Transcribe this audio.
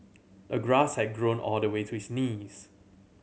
the grass had grown all the way to his knees